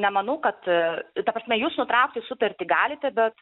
nemanau kad ta prasme jūs nutraukti sutartį galite bet